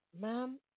Ma'am